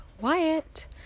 Wyatt